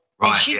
Right